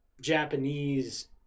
Japanese